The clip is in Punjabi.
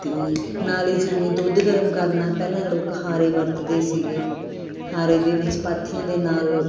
ਅਤੇ ਨਾਲ ਹੀ ਜਿਵੇਂ ਦੁੱਧ ਗਰਮ ਕਰਨਾ ਪਹਿਲਾਂ ਲੋਕ ਹਾਰੇ ਵਰਤਦੇ ਸੀਗੇ ਹਾਰੇ ਦੇ ਵਿੱਚ ਪਾਥੀਆਂ ਦੇ ਨਾਲ